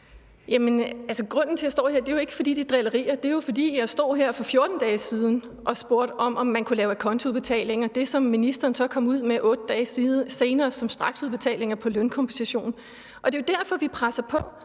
Jamen når jeg står her, er det jo ikke for at drille. Det er jo, fordi jeg også stod her for 14 dage siden og spurgte, om man kunne lave acontoudbetalinger – det, som ministeren så kom ud med 8 dage senere som straksudbetalinger på lønkompensationsordningen. Det er derfor, vi presser på,